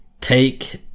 take